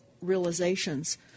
realizations